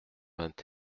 vingt